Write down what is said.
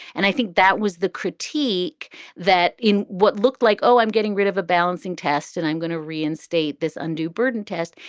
and i think that was the critique that in what looked like, oh, i'm getting rid of a balancing test and i'm going to reinstate this undue burden test.